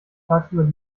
tagsüber